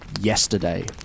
yesterday